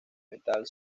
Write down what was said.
metal